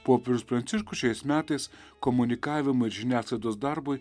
popiežius pranciškus šiais metais komunikavimo ir žiniasklaidos darbui